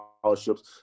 scholarships